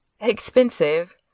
Expensive